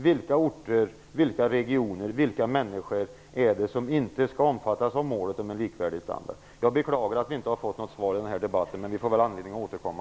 Vilka orter, vilka regioner och vilka människor är det som inte skall omfattas av målet om en likvärdig standard? Jag beklagar att vi inte har fått något svar i den här debatten, men vi får kanske anledning att återkomma.